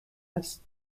است